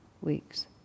weeks